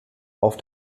auf